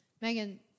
Megan